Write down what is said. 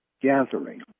gathering